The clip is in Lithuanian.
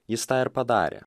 jis tą ir padarė